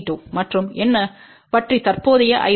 மற்றும் என்ன பற்றி தற்போதைய I1